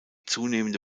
zunehmende